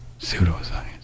Pseudoscience